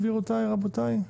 גבירותיי, רבותיי,